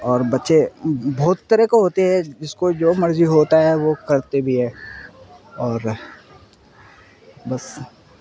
اور بچے بہت طرح کے ہوتے ہے جس کو جو مرضی ہوتا ہے وہ کرتے بھی ہے اور بس